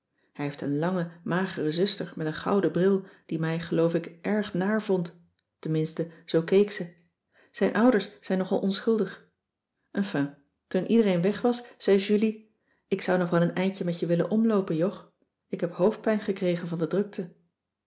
hij heeft een lange magere zuster met een gouden bril die mij geloof ik erg naar vond tenminste zoo keek ze zijn ouders zijn nogal onschuldig enfin toen iedereen weg was zei julie ik zou nog wel een eindje met je willen omloopen jog ik heb hoofdpijn gekregen van de drukte